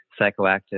psychoactive